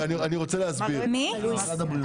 משרד הבריאות.